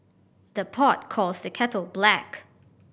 the pot calls the kettle black